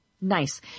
Nice